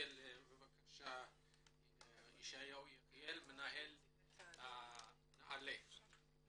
ישעיהו יחיאלי מנהל נעל"ה.